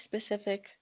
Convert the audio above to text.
specific